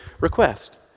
request